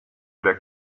der